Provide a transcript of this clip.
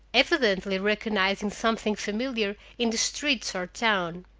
evidently recognizing something familiar in the streets or town.